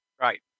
Right